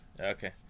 Okay